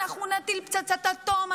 אנחנו נטיל פצצות אטום,